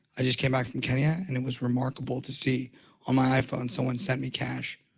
i just came back from kenya and it was remarkable to see on my iphone someone sent me cash.